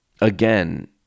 again